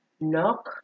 Knock